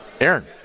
Aaron